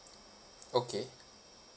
okay